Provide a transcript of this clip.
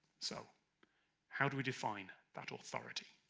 so how do we define that authority?